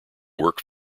work